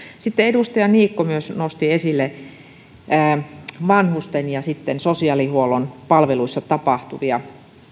sitten edustaja niikko nosti esille esimerkiksi vanhusten ja sosiaalihuollon palveluissa tapahtuvia